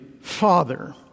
Father